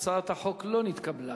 הצעת החוק לא נתקבלה.